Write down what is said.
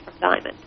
diamond